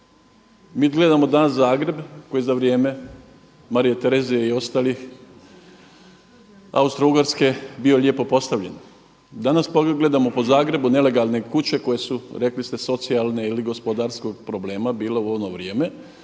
Mi gledamo danas Zagreb koji je za vrijeme Marije Terezije i ostalih Austrougarske bio lijepo postavljen. Danas gledamo po Zagrebu nelegalne kuće koje su rekli socijalne ili gospodarskog problema bile u ono vrijeme,